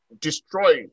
destroy